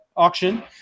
auction